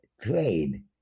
trade